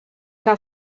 que